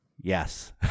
yes